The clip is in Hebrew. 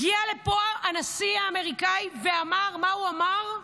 הגיע לפה הנשיא האמריקאי, ומה הוא אמר?